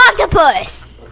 Octopus